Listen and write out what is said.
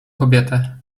kobietę